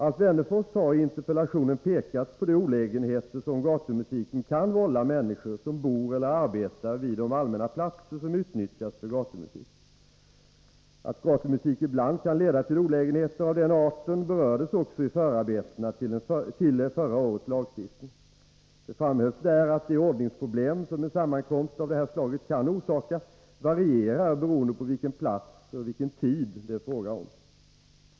Alf Wennerfors har i interpellationen pekat på de olägenheter som gatumusiken kan vålla människor som bor eller arbetar vid de allmänna platser som utnyttjas för gatumusik. Att gatumusik ibland kan leda till olägenheter av den arten berördes också i förarbetena till förra årets lagstiftning. Det framhölls där att de ordningsproblem som en sammankomst av det här slaget kan orsaka varierar beroende på vilken plats och vilken tid det är fråga om.